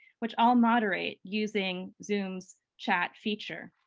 which i'll moderate using zoom's chat feature.